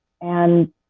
and